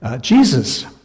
Jesus